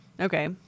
Okay